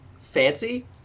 Fancy